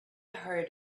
heard